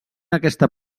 aquesta